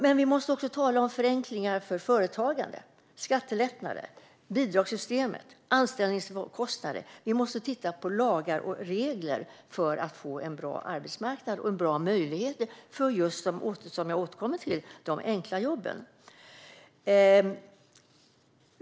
Men vi måste också tala om förenklingar för företagande: skattelättnader, bidragssystemet, anställningskostnader. Vi måste titta på lagar och regler för att få en bra arbetsmarknad och bra möjligheter för just de enkla jobben, som jag återkommer till.